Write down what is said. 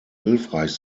hilfreich